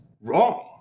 wrong